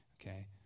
Okay